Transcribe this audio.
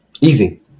Easy